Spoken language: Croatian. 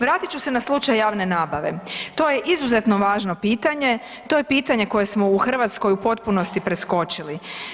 Vratit ću se na slučaj javne nabave, to je izuzetno važno pitanje, to je pitanje koje smo u Hrvatskoj potpunosti preskočili.